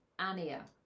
Ania